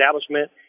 establishment